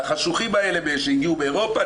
בחשוכים האלה שהגיעו מאירופה,